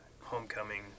homecoming